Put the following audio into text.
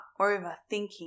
overthinking